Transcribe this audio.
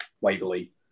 Waverley